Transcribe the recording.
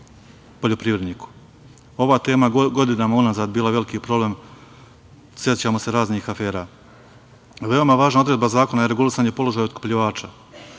poljoprivredniku. Ova tema godinama unazad bila je veliki problem, sećamo se raznih afera. Veoma važna odredba zakona je regulisanje položaja otkupljivača.